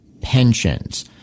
pensions